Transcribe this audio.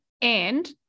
and-